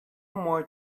more